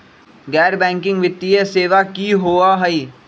गैर बैकिंग वित्तीय सेवा की होअ हई?